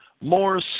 more